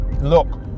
look